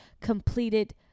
completed